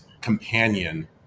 companion